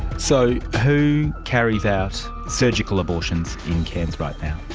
so, who carries out surgical abortions in cairns right now?